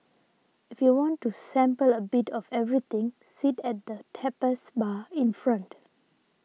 if you want to sample a bit of everything sit at the tapas bar in front